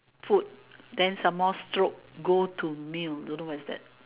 food then some more stroke go to meal they don't know what's that